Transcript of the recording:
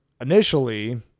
initially